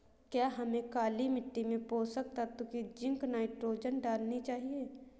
क्या हमें काली मिट्टी में पोषक तत्व की जिंक नाइट्रोजन डालनी चाहिए?